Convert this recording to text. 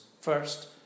first